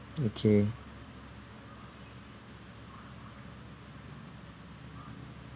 okay